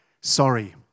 sorry